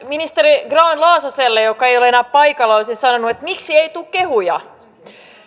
ministeri grahn laasoselle joka ei ole enää paikalla olisin sanonut miksi ei tule kehuja